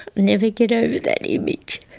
never get over that image.